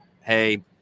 hey –